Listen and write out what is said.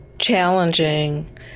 challenging